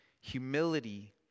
humility